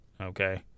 Okay